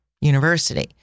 university